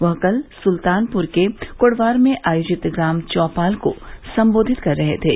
वह कल सुल्तानपुर के कुड़वार में आयेाजित ग्राम चौपाल को सम्बोधित कर रहे थे